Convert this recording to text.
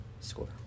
score